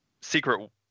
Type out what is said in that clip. Secret